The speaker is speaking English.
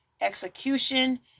execution